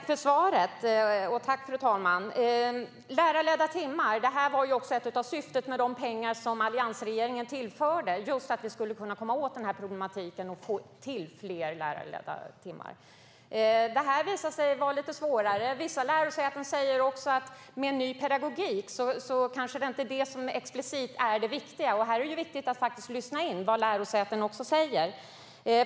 Fru talman! Tack för svaret, statsrådet! Ett av syftena med de pengar som alliansregeringen tillförde var just att vi skulle kunna komma åt den här problematiken och få till fler lärarledda timmar. Det visade sig vara lite svårare än väntat. Vissa lärosäten säger också att med en ny pedagogik är det kanske inte det som explicit är det viktiga, och det är ju viktigt att lyssna in vad lärosätena säger.